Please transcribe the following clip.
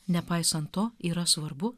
nepaisant to yra svarbu